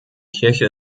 kirche